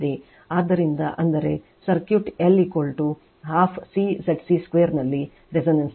ಆದ್ದರಿಂದ ಅಂದರೆ circuit L 12 C ZC2 ನಲ್ಲಿ resonance ನಲ್ಲಿರುತ್ತದೆ